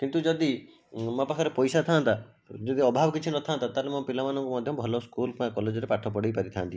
କିନ୍ତୁ ଯଦି ମୋ ପାଖରେ ପଇସା ଥାଆନ୍ତା ଯଦି ଅଭାବ କିଛି ନଥାନ୍ତା ତା ହେଲେ ମୋ ପିଲାମାନଙ୍କୁ ମଧ୍ୟ ଭଲ ସ୍କୁଲ କିମ୍ବା କଲେଜରେ ପାଠ ପଢ଼ାଇ ପାରିଥାନ୍ତି